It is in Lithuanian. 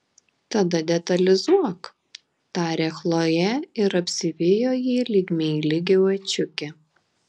tada detalizuok tarė chlojė ir apsivijo apie jį lyg meili gyvačiukė